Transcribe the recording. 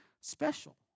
special